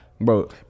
bro